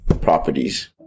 properties